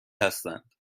هستند